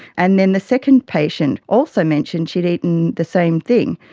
and then the second patient also mentioned she had eaten the same thing.